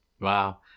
Wow